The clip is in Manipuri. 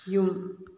ꯌꯨꯝ